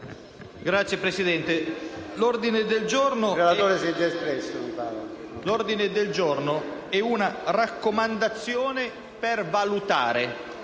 Signor Presidente, l'ordine del giorno è una raccomandazione a valutare.